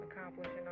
accomplishing